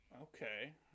Okay